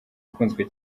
ikunzwe